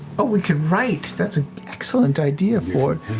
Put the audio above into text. oh, we can write, that's an excellent idea, fjord.